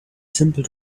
simple